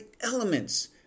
elements